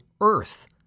earth